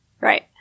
Right